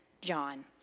John